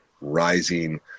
rising